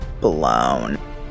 blown